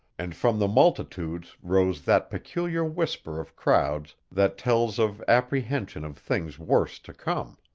and from the multitudes rose that peculiar whisper of crowds that tells of apprehension of things worse to come.